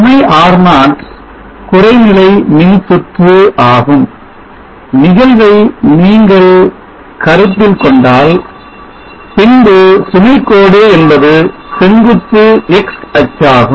சுமை R0 குறைநிலை மின்சுற்று ஆகும் நிகழ்வை நீங்கள் கருத்தில் கொண்டால் பின்பு சுமை கோடு என்பது செங்குத்து x அச்சாகும்